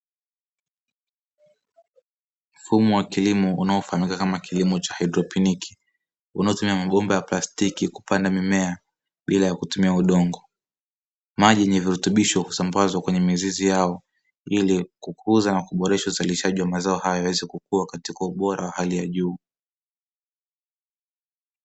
Mfumo wa kilimo unaofahamika kama kilimo cha haidroponi, unaotumia mabomba ya plastiki kupanda mimea bila ya kutumia udongo. Maji yenye virutubisho husambazwa kwenye mizizi yao ili kukuza na kuboresha mazao hayo ili yaweze kukua katika ubora wa hali ya juu.